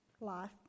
life